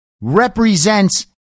represents